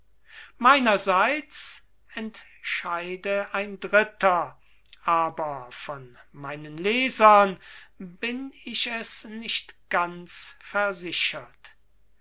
meinerseits entscheide ein dritter aber von meinen lesern bin ich es nicht ganz gesichert